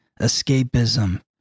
escapism